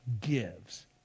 gives